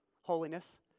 holiness